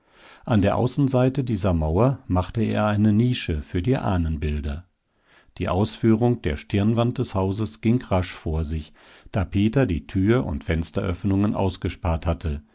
an der außenseite dieser mauer machte er eine nische für die ahnenbilder die ausführung der stirnwand des hauses ging rasch vor sich da peter die tür und fensteröffnungen ausgespart hatte